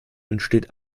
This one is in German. entsteht